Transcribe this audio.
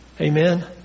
Amen